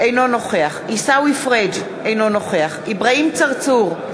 אינו נוכח עיסאווי פריג' אינו נוכח אברהים צרצור,